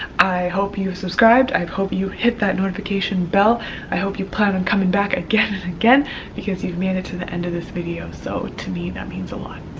i hope you subscribed i hope you hit that notification bell i hope you plan on coming back again and again because you've made it to the end of this video so to me that means a lot.